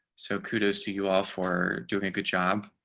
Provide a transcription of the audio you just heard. so kudos to you all for doing a good job.